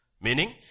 Meaning